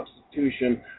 substitution